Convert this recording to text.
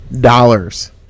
dollars